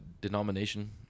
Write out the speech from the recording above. denomination